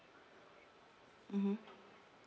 mmhmm